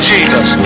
Jesus